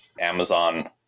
Amazon